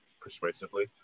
persuasively